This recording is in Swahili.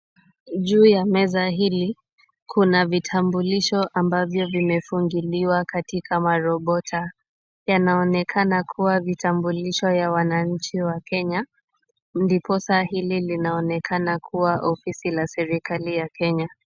Juu ya meza hili kuna vitambulisho ambavyo vimefungiliwa katika marobota. Yanaonekana kuwa vitambulisho ya wananchi wa Kenya, ndiposa hili linaonekana kuwa ofisi la serikali ya Kenya.